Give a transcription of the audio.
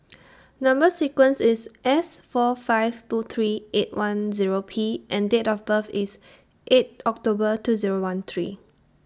Number sequence IS S four five two three eight one Zero P and Date of birth IS eight October two Zero one three